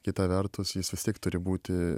kita vertus jis vis tiek turi būti